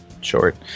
short